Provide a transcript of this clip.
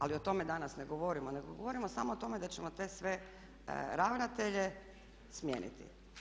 Ali o tome danas ne govorimo, nego govorimo samo o tome da ćemo te sve ravnatelje smijeniti.